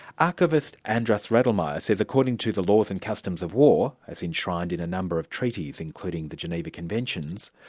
archivist andras riedlmayer says according to the laws and customs of war, as enshrined in a number of treaties, including the geneva conventions,